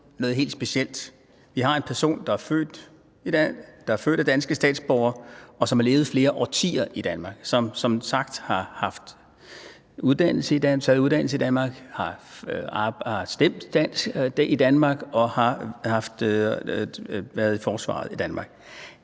noget helt specielt. Vi har en person, der er født af danske statsborgere, og som har levet flere årtier i Danmark, en person, der som sagt har taget uddannelse i Danmark, har stemt i Danmark og har været i forsvaret i Danmark.